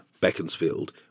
Beaconsfield